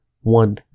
one